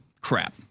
Crap